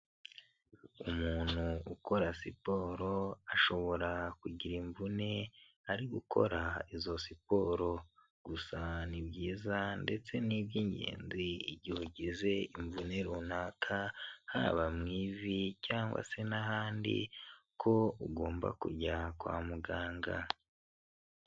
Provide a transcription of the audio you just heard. Umuntu ukora siporo ashobora kugira imvune ari gukora izo siporo gusa ni byiza ndetse n'iby'ingenzi igihe ugize imvune runaka haba mu ivi cyangwa se n'ahandi ko ugomba kujya kwa muganga.